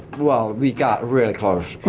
well, we got really close,